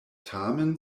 tamen